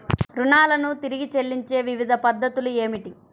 రుణాలను తిరిగి చెల్లించే వివిధ పద్ధతులు ఏమిటి?